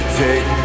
take